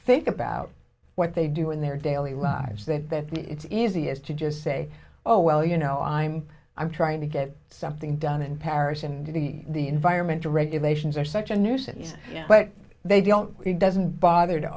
think about what they do in their daily lives that it's easiest to just say oh well you know i'm i'm trying to get something done in paris and the the environmental regulations are such a nuisance but they don't it doesn't bother to